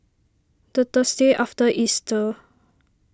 the Thursday after Easter